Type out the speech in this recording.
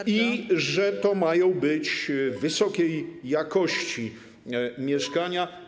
Mówił, że to mają być wysokiej jakości mieszkania.